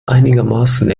einigermaßen